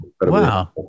Wow